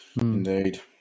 Indeed